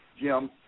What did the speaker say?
Jim